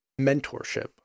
mentorship